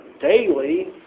daily